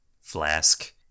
flask